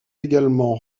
également